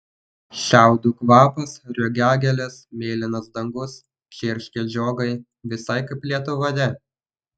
šiaudų kvapas rugiagėlės mėlynas dangus čirškia žiogai visai kaip lietuvoje